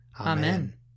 Amen